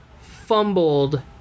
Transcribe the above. fumbled